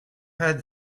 heard